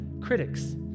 critics